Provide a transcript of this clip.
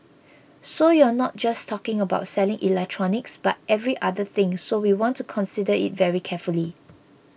so you're not just talking about selling electronics but every other thing so we want to consider it very carefully